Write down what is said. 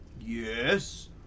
Yes